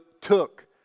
took